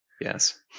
Yes